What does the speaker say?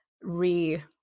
re